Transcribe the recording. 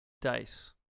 dice